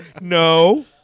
No